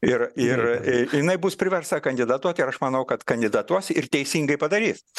ir ir jinai bus priversta kandidatuot ir aš manau kad kandidatuos ir teisingai padarys